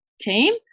team